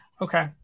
Okay